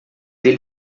ele